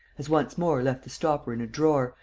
has once more left the stopper in a drawer,